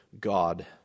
God